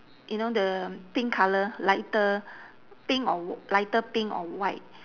you know the pink colour lighter pink or lighter pink or white